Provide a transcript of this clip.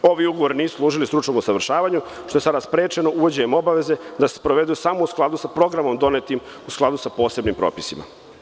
Ovi ugovori nisu služili stručnom usavršavanju, što je sada sprečeno uvođenjem obaveze da se sprovedu samo u skladu sa programom donetim u skladu sa posebnim propisima.